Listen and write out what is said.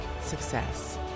success